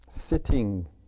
sitting